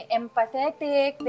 empathetic